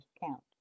count